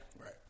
Right